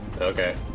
Okay